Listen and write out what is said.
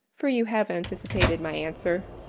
for you have anticipated my answer.